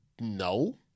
No